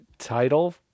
title